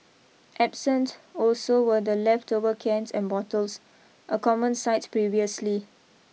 absent also were the leftover cans and bottles a common sight previously